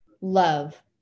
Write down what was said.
love